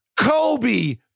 Kobe